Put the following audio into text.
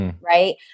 right